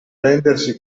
rendersi